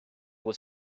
was